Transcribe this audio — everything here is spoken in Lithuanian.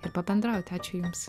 ir pabendrauti ačiū jums